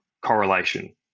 correlation